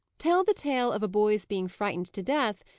tell the tale of a boy's being frightened to death,